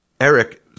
Eric